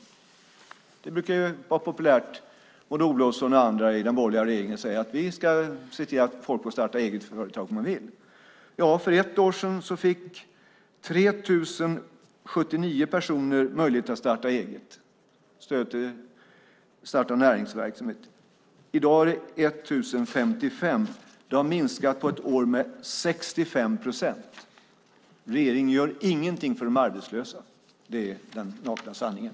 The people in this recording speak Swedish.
Det brukar ju populärt sägas av Maud Olofsson och andra i den borgerliga regeringen: Vi ska se till att folk får starta eget företag om de vill. Ja, för ett år sedan fick 3 079 personer möjlighet att starta eget, stöd till att starta näringsverksamhet. I dag är det 1 055. Det har minskat på ett år med 65 procent. Regeringen gör ingenting för de arbetslösa. Det är den nakna sanningen.